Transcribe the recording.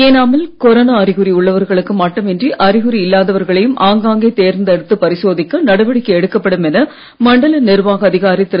ஏனாமில் கொரோனா அறிகுறி உள்ளவர்களுக்கு மட்டுமின்றி அறிகுறி இல்லாதவர்களையும் ஆங்காங்கே தேர்ந்தெடுத்துப் பரிசோதிக்க நடவடிக்கை எடுக்கப்படும் என மண்டல நிர்வாக அதிகாரி திரு